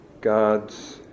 God's